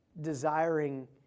desiring